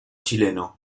chileno